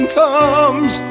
comes